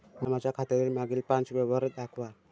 मला माझ्या खात्यातील मागील पांच व्यवहार दाखवा